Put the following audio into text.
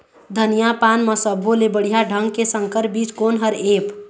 धनिया पान म सब्बो ले बढ़िया ढंग के संकर बीज कोन हर ऐप?